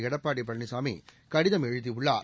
எடப்பாடி பழனிசாமி கடிதம் எழுதியுள்ளார்